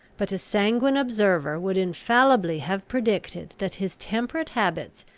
but a sanguine observer would infallibly have predicted, that his temperate habits,